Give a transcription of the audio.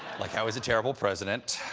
like how he's a terrible president.